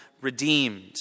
redeemed